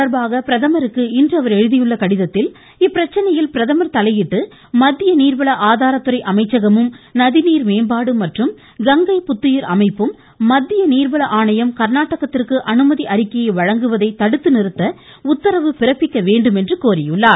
தொடர்பாக பிரதமருக்கு இன்று அவர் எழுதிய கடிதத்தில் இது இப்பிரச்சினையில் பிரதமர் தலையிட்டு மத்திய நீர்வள ஆதாரத்துறை அமைச்சகமும் நதிநீர் மேம்பாடு மற்றும் கங்கை புத்துயிர் அமைப்பும் மத்திய நீர்வள ஆணையம் கா்நாடகத்திற்கு அனுமதி அறிக்கையை வழங்குவதை தடுத்து நிறுத்த உத்தரவு பிறப்பிக்க வேண்டும் என்று கோரியுள்ளார்